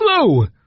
Blue